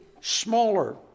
smaller